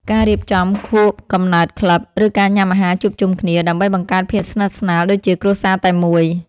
ការរៀបចំខួបកំណើតក្លឹប ឬការញ៉ាំអាហារជួបជុំគ្នា ដើម្បីបង្កើតភាពស្និទ្ធស្នាលដូចជាគ្រួសារតែមួយ។